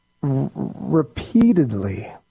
repeatedly